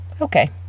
Okay